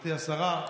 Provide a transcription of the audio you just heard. גברתי השרה,